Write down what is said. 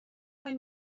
خوای